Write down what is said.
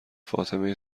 فاطمه